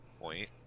point